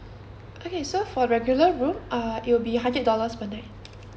okay so for regular room uh it'll be hundred dollars per night